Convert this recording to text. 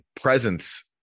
presence